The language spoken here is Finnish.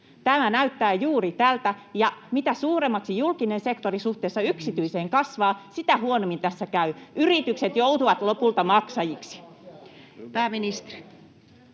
Tämä näyttää juuri tältä. Ja mitä suuremmaksi julkinen sektori suhteessa yksityiseen kasvaa, sitä huonommin tässä käy. [Mika Niikko: On monta poliittista